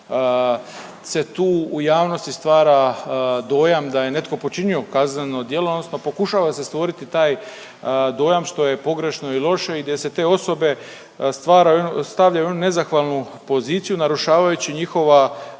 se tu u javnosti stvara dojam da je netko počinio kazneno djelo odnosno pokušava se stvoriti taj dojam što je pogrešno i loše i gdje se te osobe stvaraju, stavljaju u jednu nezahvalnu poziciju narušavajući njihova